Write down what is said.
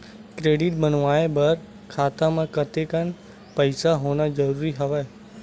Credit बनवाय बर खाता म कतेकन पईसा होना जरूरी हवय?